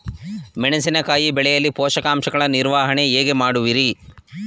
ಮೆಣಸಿನಕಾಯಿ ಬೆಳೆಯಲ್ಲಿ ಪೋಷಕಾಂಶಗಳ ನಿರ್ವಹಣೆ ಹೇಗೆ ಮಾಡುವಿರಿ?